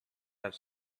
have